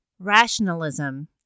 rationalism